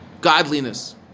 godliness